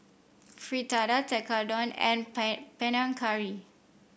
Fritada Tekkadon and Panang Curry